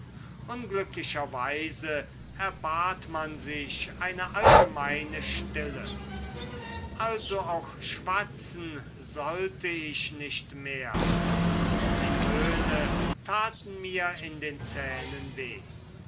unglücklicherweise erbat man sich eine allgemeine stille also auch schwatzen sollte ich nicht mehr und die töne taten mir in den zähnen weh